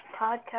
podcast